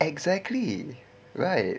exactly right